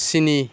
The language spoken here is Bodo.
स्नि